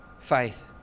faith